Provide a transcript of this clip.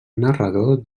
narrador